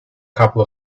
couple